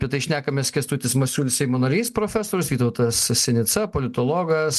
apie tai šnekamės kęstutis masiulis seimo narys profesorius vytautas sinica politologas